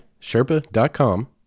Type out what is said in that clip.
Sherpa.com